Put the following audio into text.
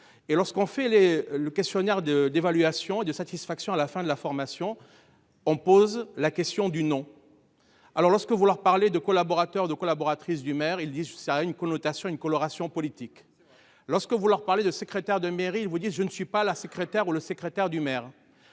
Et lorsqu'on fait les le questionnaire de d'évaluation et de satisfaction à la fin de la formation. On pose la question du nom. Alors lorsque vous leur parlez de collaborateurs de collaboratrices du maire ils disent ça a une connotation une coloration politique lorsque vous leur parlez de secrétaire de mairie, vous dites je ne suis pas la secrétaire ou le secrétaire du maire.